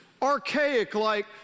archaic-like